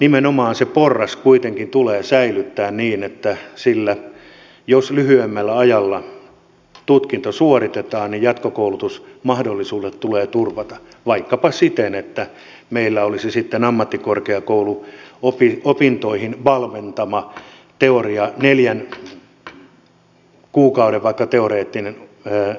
nimenomaan se porras kuitenkin tulee säilyttää niin että sillä jos lyhyemmällä ajalla tutkinto suoritetaan jatkokoulutusmahdollisuudet tulee turvata vaikkapa siten että meillä olisi sitten ammattikorkeakouluopintoihin valmentava teoria vaikka neljän kuukauden teoreettinen lisäkurssi